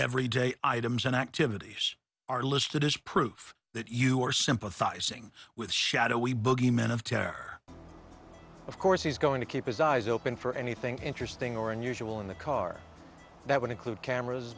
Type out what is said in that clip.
every day items and activities are listed as proof that you are sympathizing with shadowy bogeyman of terror of course he's going to keep his eyes open for anything interesting or unusual in the car that would include cameras